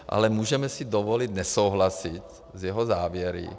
Ale můžeme si dovolit nesouhlasit s jeho závěry.